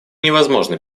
невозможно